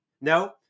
no